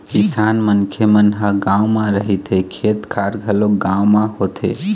किसान मनखे मन ह गाँव म रहिथे, खेत खार घलोक गाँव म होथे